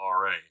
RA